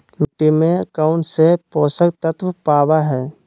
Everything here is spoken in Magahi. मिट्टी में कौन से पोषक तत्व पावय हैय?